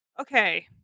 Okay